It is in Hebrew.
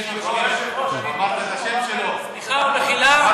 סליחה ומחילה.